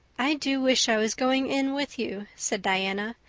i do wish i was going in with you, said diana.